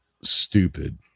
stupid